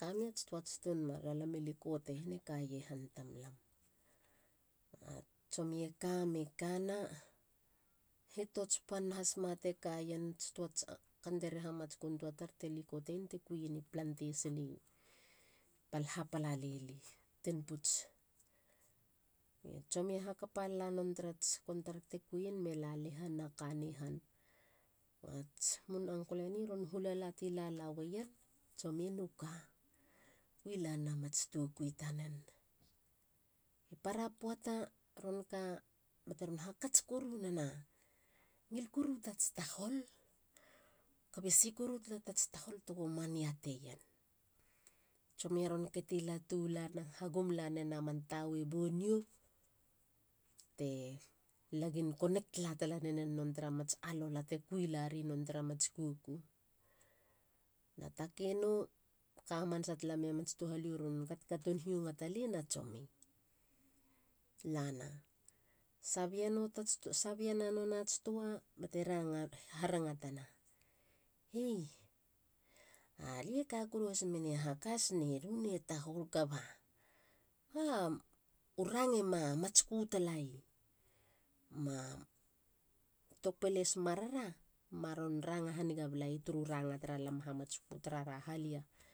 Kamei ats tuas toun marara lami likoteien e kaie han tamlam. A tsomi eka me kana. hitots pan hasma teka ien. ats tuats kandere haamatskun tua tar te likoteien ti kuien i plantation i pal hapaala leli tinputz. ba tsomie hakapaia non tarats contract te kui ien me lala mena kane han ats mun uncle eni ron hulala la tiron laweien. tsomie nuka. kuila nena tokui tanen. para poata ron ka ba te ron hakats koru nena e ngil koru tats kebe sikoru tala tats tahol tego maniateien? Tsomie ron keti latu na hagum larena man tawe boneo bete lagin connect la tala nanen tara mats aluala te kui lri non tra mats koukou. na takeino. ka hamanasa tala meia mats tohalio ron katon hinga taleina tsomi. lana. sabiena nonats tua ba te ranga harangata tana. hey. alie ka koru has mene hakats nelu. ne tahol. kaba. ba u range ma matsku talaie. na u tok peles. marara maron ranga haniga bala i turu ranga tara lam hamatsku tarara halia